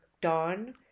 Dawn